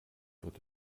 wird